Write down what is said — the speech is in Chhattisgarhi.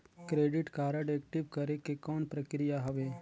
क्रेडिट कारड एक्टिव करे के कौन प्रक्रिया हवे?